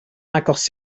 agos